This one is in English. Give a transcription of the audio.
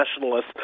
nationalists